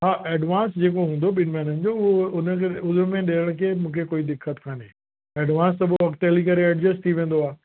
हा एडवांस जेको हूंदो ॿिनि महिननि जो उहो उन जो उन में ॾियण खे मूंखे कोई दिक़त कान्हे एडवांस त पोइ अॻिते हली करे एडजस्ट थी वेंदो आहे